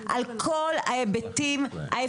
ולכן אין שליטה על הדבר